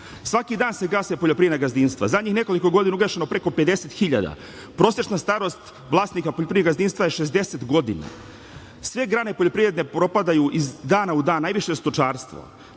dan se gase poljoprivredna gazdinstva. Zadnjih nekoliko godina je ugašeno preko 50 hiljada. Prosečna starost vlasnika poljoprivrednih gazdinstva je 60 godina. Sve grane poljoprivredne propadaju iz dana u dan, najviše stočarstvo